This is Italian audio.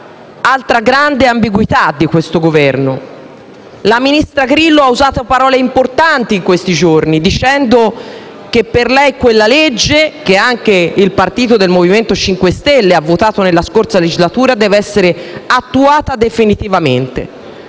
Altra grande ambiguità di questo Governo. La ministra Grillo ha usato parole importanti in questi giorni dicendo che per lei quella legge, che anche il partito del MoVimento 5 Stelle ha votato nella scorsa legislatura, deve essere attuata definitivamente.